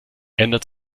ändert